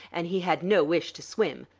and he had no wish to swim.